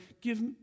give